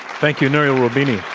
thank you, nouriel roubini.